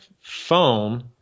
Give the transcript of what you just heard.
phone